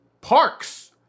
parks